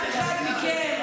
מיכל וולדיגר,